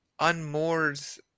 unmoors